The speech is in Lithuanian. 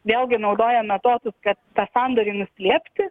vėlgi naudoja metodus kad tą sandorį nuslėpti